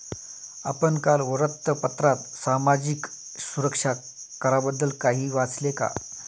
आपण काल वृत्तपत्रात सामाजिक सुरक्षा कराबद्दल काही वाचले का?